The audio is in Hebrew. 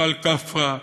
מיכל קפרא,